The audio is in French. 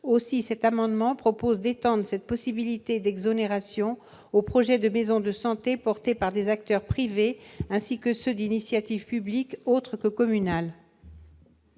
Aussi, cet amendement prévoit d'étendre cette possibilité d'exonération aux projets de maison de santé portés par des acteurs privés, ainsi que ceux d'initiative publique autre que communale.